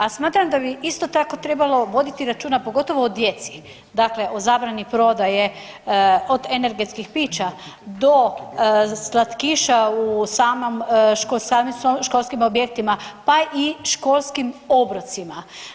A smatram da bi isto tako trebalo voditi računa pogotovo o djeci, dakle o zabrani prodaje od energetskih pića do slatkiša u samim školskim objektima pa i školskim obrocima.